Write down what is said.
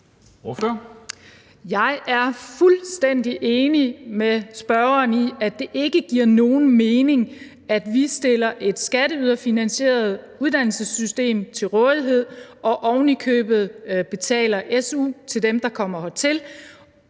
Jeg er fuldstændig enig med spørgeren i, at det ikke giver nogen mening, at vi stiller et skatteyderfinansieret uddannelsessystem til rådighed og ovenikøbet betaler su til dem, der kommer hertil,